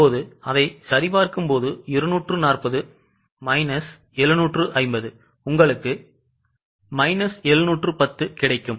இப்போது அதை சரி பார்க்கும் போது 240 மைனஸ் 750 உங்களுக்கு மைனஸ் 710 கிடைக்கும்